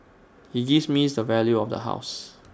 he gives me the value of the house